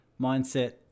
mindset